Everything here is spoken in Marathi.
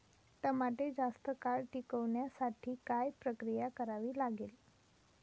टमाटे जास्त काळ टिकवण्यासाठी काय प्रक्रिया करावी लागेल?